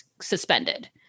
suspended